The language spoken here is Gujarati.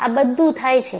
આ બધું થાય છે